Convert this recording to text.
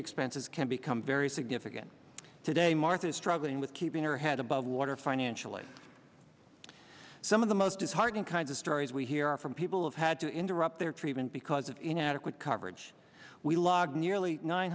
expenses can become very significant today martha struggling with keeping her head above water financially some of the most disheartening kinds of stories we hear from people of had to interrupt their treatment because of inadequate coverage we logged nearly nine